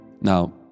Now